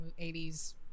80s